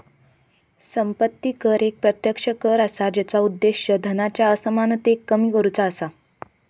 संपत्ती कर एक प्रत्यक्ष कर असा जेचा उद्देश धनाच्या असमानतेक कमी करुचा असा